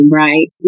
right